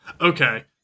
Okay